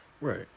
Right